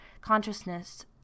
consciousness